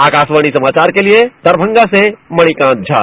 आकाशवाणी समाचार के लिए दरभंगा से मणिकांत झा